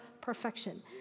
perfection